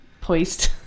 poised